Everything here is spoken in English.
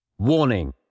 Warning